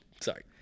Sorry